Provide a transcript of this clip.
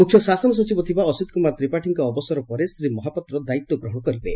ମୁଖ୍ୟ ଶାସନ ସଚିବ ଥିବା ଅସିତ୍ କୁମାର ତ୍ରିପାଠୀଙ୍କ ଅବସର ପରେ ଶ୍ରୀ ମହାପାତ୍ର ଦାୟିତ୍ୱ ଗ୍ରହଣ କରିବେ